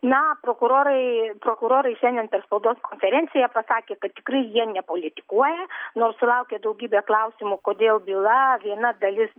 na prokurorai prokurorai šiandien per spaudos konferenciją pasakė kad tikrai jie nepolitikuoja nors sulaukė daugybė klausimų kodėl byla viena dalis